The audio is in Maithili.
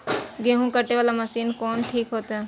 गेहूं कटे वाला मशीन कोन ठीक होते?